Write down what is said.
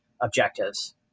objectives